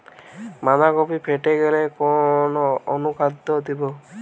বাঁধাকপি ফেটে গেলে কোন অনুখাদ্য দেবো?